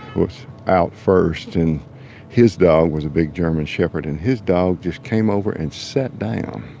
was out first. and his dog was a big german shepherd. and his dog just came over and sat down um